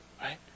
right